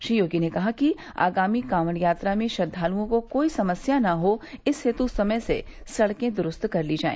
श्री योगी ने कहा कि आगामी कावंड यात्रा में श्रद्वाल्ओं को कोई समस्या न हो इस हेत समय से सड़के दुरुस्त कर ली जाए